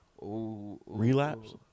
relapse